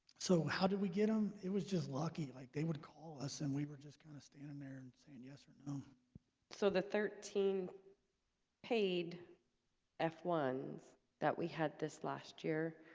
so, how did we get them um it was just lucky like they would call us and we were just kind of standing there and saying yes or no so the thirteen paid f one that we had this last year